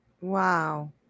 Wow